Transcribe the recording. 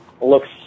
looks